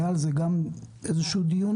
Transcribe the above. היה על זה איזשהו דיון?